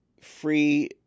free